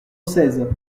seize